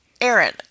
Aaron